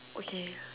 okay